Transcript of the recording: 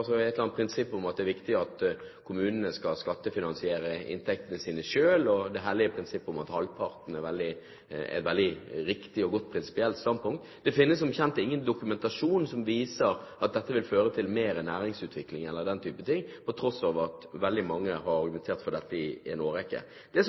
et eller annet prinsipp om at det er viktig at kommunene skal skattefinansiere inntektene sine selv og det hellige prinsippet om at halvparten er et veldig riktig og godt prinsipielt standpunkt. Det finnes som kjent ingen dokumentasjon som viser at dette vil føre til mer næringsutvikling eller den type ting, på tross av at veldig mange har argumentert for dette i en årrekke. Det som